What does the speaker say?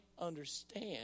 understand